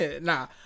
Nah